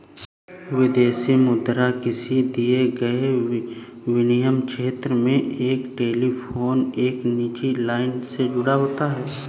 विदेशी मुद्रा किसी दिए गए विनिमय क्षेत्र में एक टेलीफोन एक निजी लाइन से जुड़ा होता है